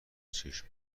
چشم